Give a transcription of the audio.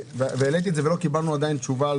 העליתי את זה ולא קיבלנו עדיין תשובה,